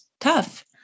tough